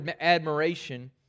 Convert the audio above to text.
admiration